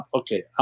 okay